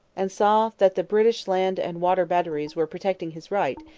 and saw that the british land and water batteries were protecting his right,